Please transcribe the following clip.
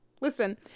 Listen